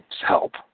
help